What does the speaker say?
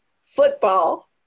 football